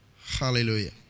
Hallelujah